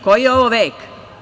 Koji je ovo vek.